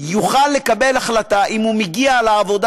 יוכל לקבל החלטה אם הוא מגיע לעבודה